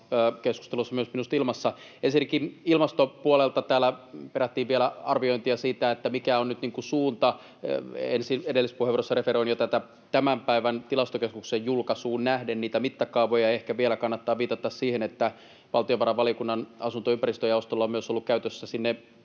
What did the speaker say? keskustelussa myös minusta ilmassa. Ensinnäkin ilmastopuolelta täällä perättiin vielä arviointia siitä, mikä on nyt suunta. Edellisessä puheenvuorossa referoin jo tämän päivän Tilastokeskuksen julkaisuun nähden niitä mittakaavoja. Ehkä vielä kannattaa viitata siihen, että valtiovarainvaliokunnan asunto- ja ympäristöjaostolla myös ollut käytössään sinne